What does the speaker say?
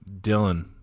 Dylan